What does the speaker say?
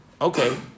Okay